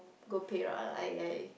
go Perak I I